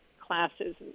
classes